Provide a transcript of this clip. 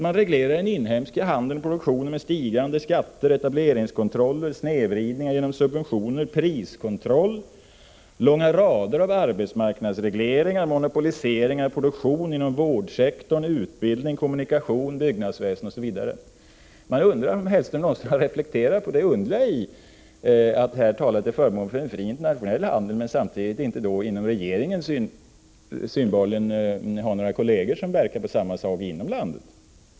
Man reglerar den inhemska handeln och produktionen med stigande skatter, etableringskontroller, snedvridning genom subventioner, priskontroll, långa rader av arbetsmarknadsregleringar, monopoliseringar av produktion inom vårdsektorn, utbildning, kommunikation, byggnadsväsen osv. Man undrar om herr Hellström någonsin har reflekterat över det underliga i att här tala till förmån för en fri internationell handel, men samtidigt inte inom regeringen synbarligen ha några kolleger som verkar för samma sak inom landet.